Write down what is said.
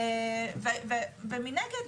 מנגד,